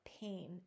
pain